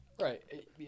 Right